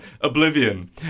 Oblivion